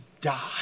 die